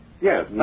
yes